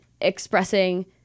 expressing